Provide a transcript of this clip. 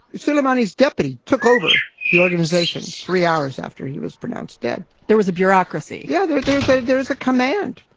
silliman, his deputy, took over the organization three hours after he was pronounced dead. there was a bureaucracy. yeah, there there's a there's a command.